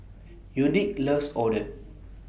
Unique loves Oden